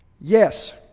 Yes